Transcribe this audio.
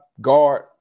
guard